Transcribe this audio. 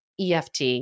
EFT